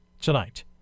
tonight